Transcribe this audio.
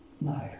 No